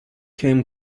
came